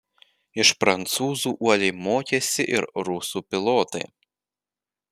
iš prancūzų uoliai mokėsi ir rusų pilotai